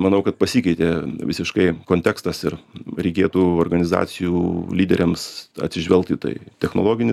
manau kad pasikeitė visiškai kontekstas ir reikėtų organizacijų lyderiams atsižvelgt į tai technologinis